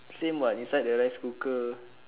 same [what] inside the rice cooker